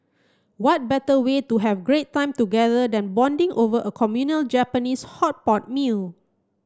what better way to have great time together than bonding over a communal Japanese hot pot meal